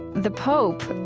the pope,